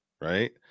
right